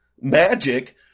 magic